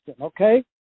okay